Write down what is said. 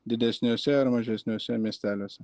didesniuose ar mažesniuose miesteliuose